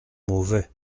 mauvais